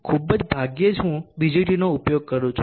ખૂબ જ ભાગ્યે જ હું BJTનો ઉપયોગ કરું છું